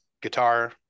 guitar